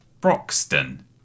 Broxton